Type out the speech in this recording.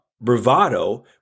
bravado